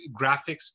graphics